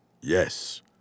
Yes